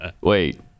Wait